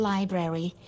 Library